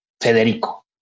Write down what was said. Federico